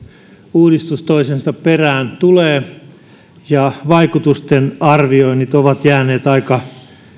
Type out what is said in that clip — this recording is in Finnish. uudistus toisensa perään tulee ja vaikutusten arvioinnit ovat jääneet aika